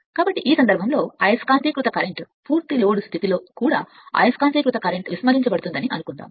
కాబట్టి ఈ సందర్భంలో అయస్కాంతీకృత కరెంట్ పూర్తి లోడ్ స్థితిలో కూడా అయస్కాంతీకృత కరెంట్ నిర్లక్ష్యం చేయబడిందని అనుకుందాం